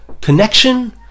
connection